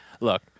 look